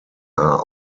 are